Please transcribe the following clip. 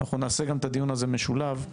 נעשה את הדיון הזה משולב,